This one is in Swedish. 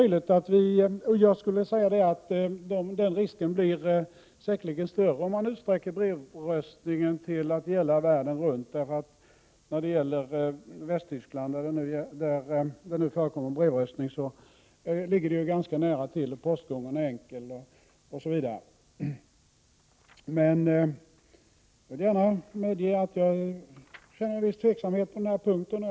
Jag skulle vilja säga att den risken sannerligen blir större om man utsträcker brevröstningen till att gälla världen runt. Västtyskland, där brevröstning nu förekommer, ligger ganska nära, postgången är enkel osv. Jag vill gärna medge att jag känner en viss tveksamhet på den här punkten.